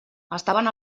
estaven